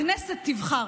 הכנסת תבחר